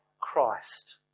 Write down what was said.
Christ